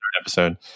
episode